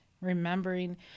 Remembering